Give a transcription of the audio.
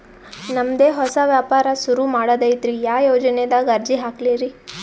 ನಮ್ ದೆ ಹೊಸಾ ವ್ಯಾಪಾರ ಸುರು ಮಾಡದೈತ್ರಿ, ಯಾ ಯೊಜನಾದಾಗ ಅರ್ಜಿ ಹಾಕ್ಲಿ ರಿ?